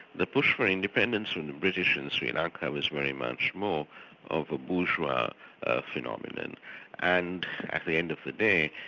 the push for independence from the british in sri lanka was very much more of a bourgeois phenomenon and at the end of the day,